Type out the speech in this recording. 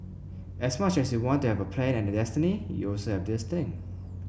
as much as you want to have a plan and a destiny you also have this thing